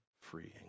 freeing